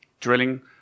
Drilling